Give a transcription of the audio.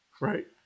right